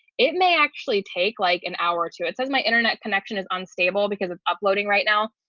it may actually take like an hour to it says my internet connection is unstable because of uploading right now.